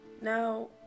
Now